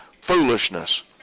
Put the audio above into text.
foolishness